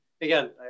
again